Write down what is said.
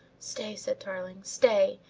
stay, said tarling. stay.